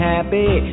Happy